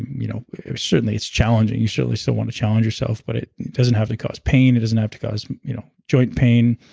you know certainly it's challenging. you certainly still want to challenge yourself, but it doesn't have to cause pain. it doesn't have to cause you know joint pain.